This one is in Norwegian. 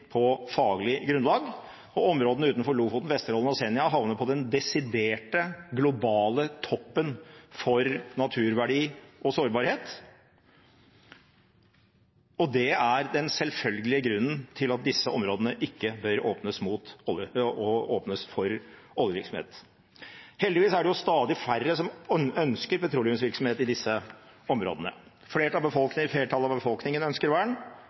på faglig grunnlag, og områdene utenfor Lofoten, Vesterålen og Senja havner på den desidert globale toppen for naturverdi og sårbarhet. Det er den selvfølgelige grunnen til at disse områdene ikke bør åpnes for oljevirksomhet. Heldigvis er det stadig færre som ønsker petroleumsvirksomhet i disse områdene. Flertallet av befolkningen ønsker vern.